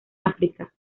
áfrica